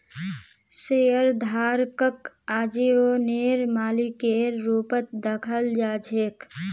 शेयरधारकक आजीवनेर मालिकेर रूपत दखाल जा छेक